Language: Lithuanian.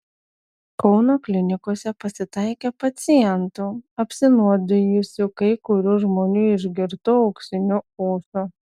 kauno klinikose pasitaikė pacientų apsinuodijusių kai kurių žmonių išgirtu auksiniu ūsu